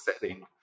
setting